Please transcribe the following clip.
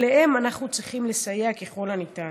להם אנחנו צריכים לסייע ככל שניתן.